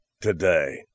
today